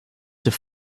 have